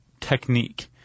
technique